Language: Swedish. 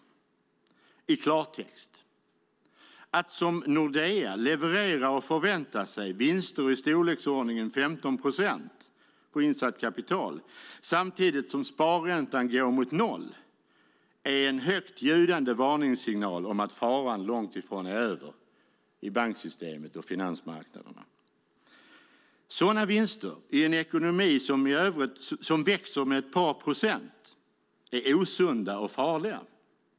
Låt mig säga i klartext: Att som Nordea leverera och förvänta sig vinster i storleksordningen 15 procent på insatt kapital samtidigt som sparräntan går mot noll är en högt ljudande varningssignal om att faran långt ifrån är över i banksystemet och på finansmarknaderna. Sådana vinster i en ekonomi som växer med ett par procent är osunda och farliga.